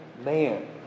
Man